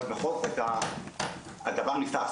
אבל הדבר נפתח,